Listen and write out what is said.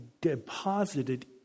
deposited